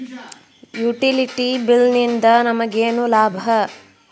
Utility bill ನಿಂದ್ ನಮಗೇನ ಲಾಭಾ?